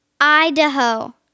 Idaho